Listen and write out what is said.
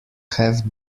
have